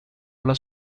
alla